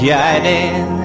Guiding